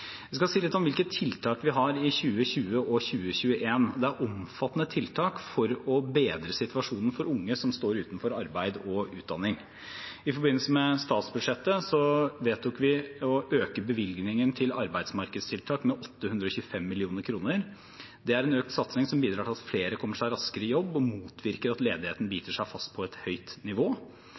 skal si litt om hvilke tiltak vi har i 2020 og 2021. Det er omfattende tiltak for å bedre situasjonen for unge som står utenfor arbeid og utdanning. I forbindelse med statsbudsjettet vedtok vi å øke bevilgningen til arbeidsmarkedstiltak med 825 mill. kr. Det er en økt satsing som bidrar til at flere kommer seg raskere i jobb, og som motvirker at ledigheten biter seg fast på et høyt nivå.